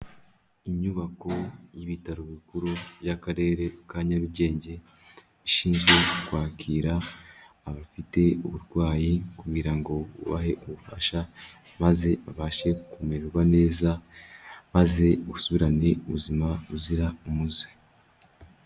Inyubako y'ibitaro bikuru by'Akarere ka Nyarugenge, ishinzwe kwakira abafite uburwayi kugira ngo babahe ubufasha maze babashe kumererwa neza maze basubirane ubuzima buzira umuze.